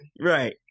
Right